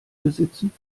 besitzen